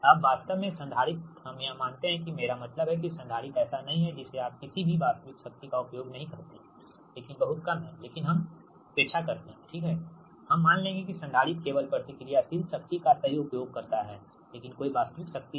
अब वास्तव में संधारित्र हम यह मानते हैं कि मेरा मतलब है कि संधारित्र ऐसा नहीं है जिसे आप किसी भी वास्तविक शक्ति का उपभोग नहीं कहते हैं लेकिन बहुत कम है लेकिन हम उपेक्षा करते हैंठीक है हम मान लेंगे कि संधारित्र केवल प्रतिक्रियाशील शक्ति का सही उपभोग करता है लेकिन कोई वास्तविक शक्ति नहीं